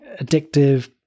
addictive